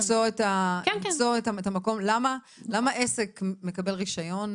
אנחנו רק מנסים למצוא את המקום למה עסק מקבל רישיון,